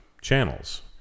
channels